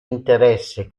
interesse